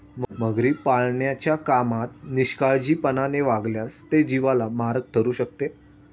मगरी पाळण्याच्या कामात निष्काळजीपणाने वागल्यास ते जीवाला मारक ठरू शकते